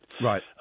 Right